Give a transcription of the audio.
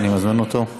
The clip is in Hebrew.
אני מזמין אותו.